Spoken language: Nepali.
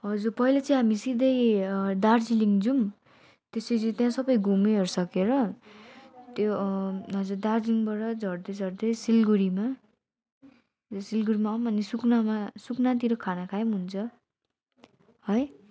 हजुर पहिले चाहिँ हामी सिधै दार्जिलिङ जाउँ त्यसपछि चाहिँ त्यहाँ सबै घुमिहरू सकेर त्यो हजुर दार्जिलिङबाट झर्दै झर्दै सिलगढीमा यो सिलगढी आउँ अनि सुकना सुकनातिर खाना खाए पनि हुन्छ है